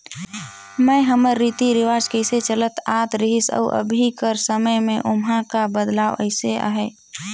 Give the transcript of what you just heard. में हमर रीति रिवाज कइसे चलत आत रहिस अउ अभीं कर समे में ओम्हां का बदलाव अइस अहे